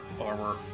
armor